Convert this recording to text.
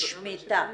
היא נשמטה.